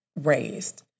raised